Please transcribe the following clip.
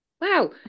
wow